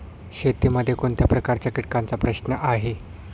शेतीमध्ये कोणत्या प्रकारच्या कीटकांचा प्रश्न आहे?